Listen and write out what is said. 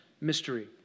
mystery